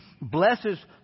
blesses